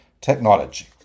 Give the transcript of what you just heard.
technology